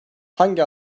hangi